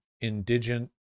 indigent